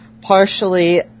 partially